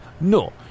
No